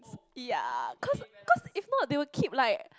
ya cause cause if not they will keep like